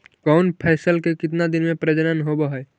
कौन फैसल के कितना दिन मे परजनन होब हय?